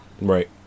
Right